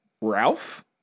Ralph